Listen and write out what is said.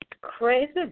Crazy